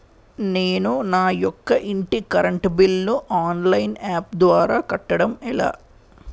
నేను నా యెక్క ఇంటి కరెంట్ బిల్ ను ఆన్లైన్ యాప్ ద్వారా కట్టడం ఎలా?